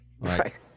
Right